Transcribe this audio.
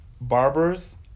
Barbers